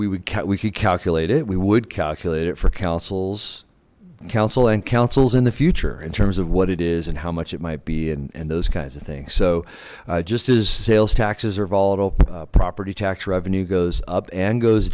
cut we could calculate it we would calculate it for councils council and councils in the future in terms of what it is and how much it might be and those kinds of things so just as sales taxes or volatile property tax revenue goes up and goes